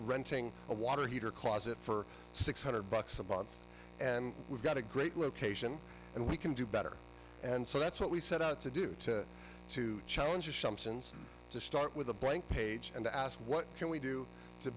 renting a water heater closet for six hundred bucks a month and we've got a great location and we can do better and so that's what we set out to do to to challenge assumptions to start with a blank page and ask what can we do to